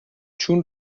چون